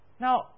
Now